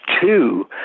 two